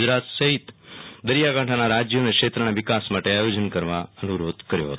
ગુજરાત સહિત દરિયાકોંઠોના રાજ્યો અને ક્ષેત્રના વિકાસ માટે આયોજન કરવા અનુ રોધ કર્યો હતો